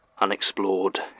unexplored